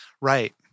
right